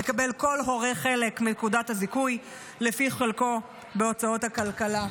יקבל כל הורה חלק מנקודות הזיכוי לפי חלקו בהוצאות הכלכלה.